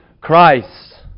Christ